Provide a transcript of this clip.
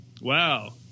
Wow